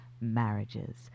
marriages